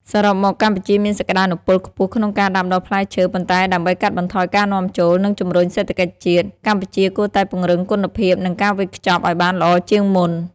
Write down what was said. សរុបមក កម្ពុជាមានសក្តានុពលខ្ពស់ក្នុងការដាំដុះផ្លែឈើ ប៉ុន្តែដើម្បីកាត់បន្ថយការនាំចូល និងជំរុញសេដ្ឋកិច្ចជាតិ កម្ពុជាគួរតែពង្រឹងគុណភាព និងការវេចខ្ចប់ឲ្យបានល្អជាងមុន។